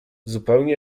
zupełnie